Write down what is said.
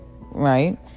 right